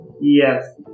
Yes